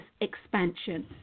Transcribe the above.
expansion